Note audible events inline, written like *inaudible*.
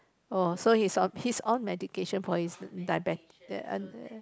oh so he's *noise* he's on medication for his diabetes